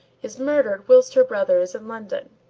is murdered whilst her brother is in london.